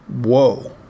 whoa